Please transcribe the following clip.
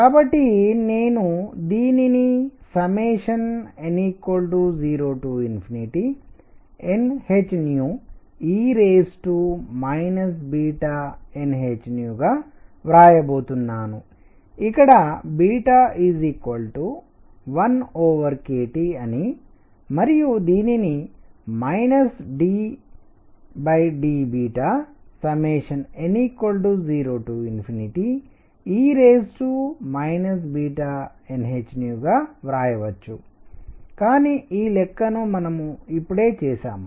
కాబట్టి నేను దీనిని n 0nhe nhగా వ్రాయబోతున్నాను ఇక్కడ 1kT అని మరియు దీనిని ddn 0e nh గా వ్రాయవచ్చు కానీ ఈ లెక్క ను మనము ఇప్పుడే చేసాము